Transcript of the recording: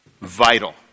vital